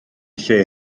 lle